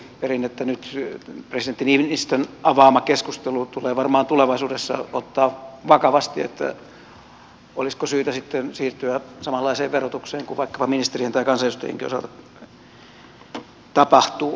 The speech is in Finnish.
nyt presidentti niinistön avaama keskustelu tulee varmaan tulevaisuudessa ottaa vakavasti että olisiko syytä sitten siirtyä samanlaiseen verotukseen kuin vaikkapa ministerien tai kansanedustajienkin osalta tapahtuu